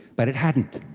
but it hadn't.